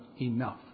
enough